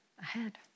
ahead